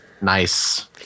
Nice